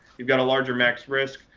you've got a larger max risk.